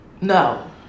No